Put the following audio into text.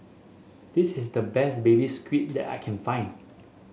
this is the best Baby Squid that I can find